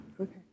Okay